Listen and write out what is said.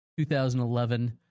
2011